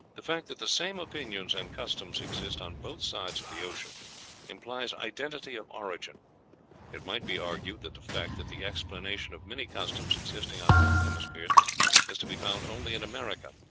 the fact that the same opinions and customs exist on both sides of the ocean implies identity of origin it might be argued that the fact that the explanation of many customs existing on both hemispheres is to be found only in america,